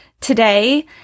today